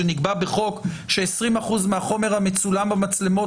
שנקבע בחוק ש-20% מהחומר המצולם במצלמות